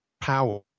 power